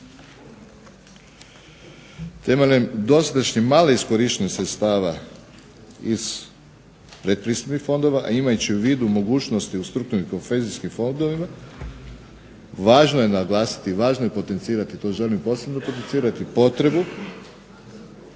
Temeljem dosadašnje male iskorištenosti sredstava iz pretpristupnih fondova, a imajući u vidu mogućnosti u strukturnim i kohezijskim fondovima, važno je naglasiti, važno je potencirati i to želim posebno potencirati potrebu